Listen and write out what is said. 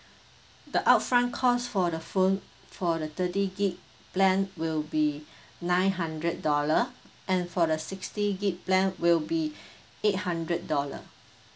the upfront cost for the phone for the thirty gig plan will be nine hundred dollar and for the sixty gig plan will be eight hundred dollar